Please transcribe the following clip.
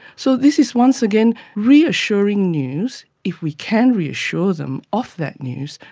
so this is once again reassuring news, if we can reassure them of that news,